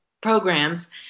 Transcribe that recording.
programs